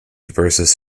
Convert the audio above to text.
versus